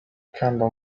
ikamba